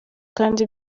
kandi